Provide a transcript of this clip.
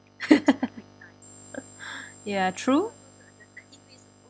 ya true